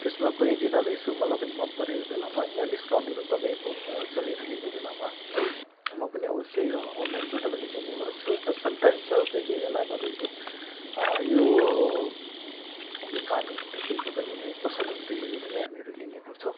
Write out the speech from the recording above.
त्यसमा कुनै दिन अब यसो मलाई पनि मनपरेको बेलामा या डिस्काउन्टहरू तपाईँको चलिरहेको बेलामा म पनि अवश्य अनलाइनबाट पनि लिने गर्छु र समटाइम्स अब कोही कोही बेला तपाईँको यो दोकानहरूदेखिको पनि है पसलहरूदेखिको पनि हामीहरू लिने गर्छौँ